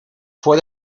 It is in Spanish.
fue